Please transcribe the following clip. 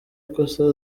ikosa